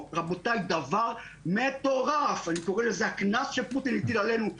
דבר מטורף, אני קורא לזה הקנס שפוטין הטיל עלינו.